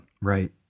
Right